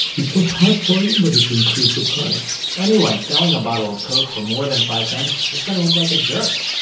it was hard for anybody to increase the price anyone selling a bottle of coke for more than five cents was going to look like a jerk.